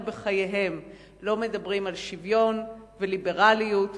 בחייהם לא מדברים על שוויון וליברליות ופתיחות,